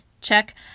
Check